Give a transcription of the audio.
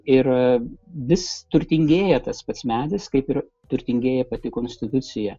ir vis turtingėja tas pats medis kaip ir turtingėja pati konstitucija